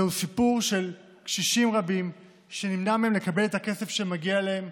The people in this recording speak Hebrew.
זהו סיפור של קשישים רבים שנמנע מהם לקבל את הכסף שמגיע להם.